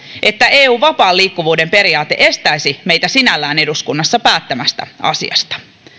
että eun vapaan liikkuvuuden periaate estäisi meitä sinällään eduskunnassa päättämästä asiasta